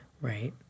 Right